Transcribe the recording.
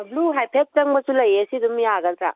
blue ꯍꯥꯏꯐꯦꯠ ꯆꯪꯕꯁꯨ ꯂꯩꯌꯦ ꯁꯤ ꯑꯗꯨꯝ ꯌꯥꯒꯗ꯭ꯔꯥ